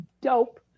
dope